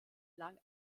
lang